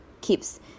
keeps